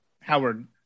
Howard